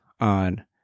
on